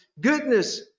goodness